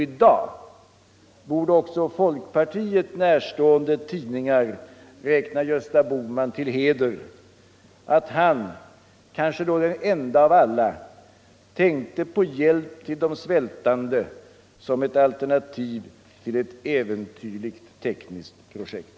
I dag borde också folkpartiet närstående tidningar räkna herr Bohman till heder att han, kanske såsom den ende av alla, tänkte på hjälp till de svältande såsom ett alternativ till ett äventyrligt tekniskt projekt.